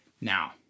Now